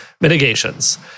mitigations